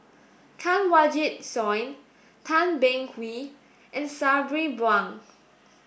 Kanwaljit Soin Tan Beng Swee and Sabri Buang